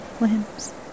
limbs